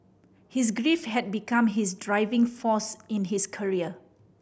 his grief had become his driving force in his career